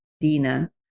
Dina